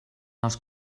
els